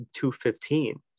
215